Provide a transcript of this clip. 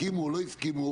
הסכימו או לא הסכימו,